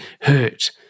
hurt